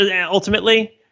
ultimately